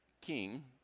king